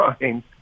mind